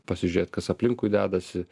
pasižiūrėt kas aplinkui dedasi